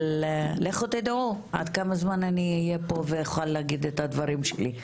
אבל לכו תדעו עוד כמה זמן אני אהיה פה ואוכל להגיד את הדברים שלי.